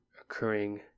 occurring